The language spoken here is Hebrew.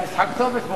היה משחק טוב אתמול.